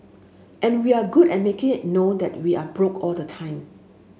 and we're good at make it know that we are broke all the time